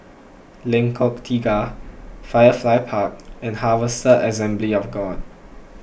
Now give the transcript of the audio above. Lengkok Tiga Firefly Park and Harvester Assembly of God